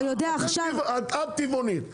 את טבעונית.